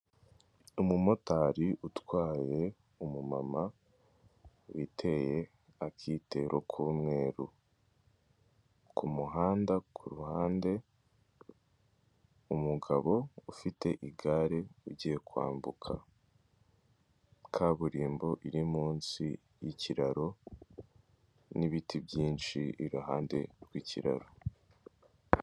Umumotari utwaye umumama witeye akitero k'umweru, ku muhanda ku ruhande umugabo ufite igare ugiye kwambuka kaburimbo iri munsi y'ikiraro n'ibiti byinshi iruhande rw'kiraro.